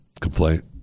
complaint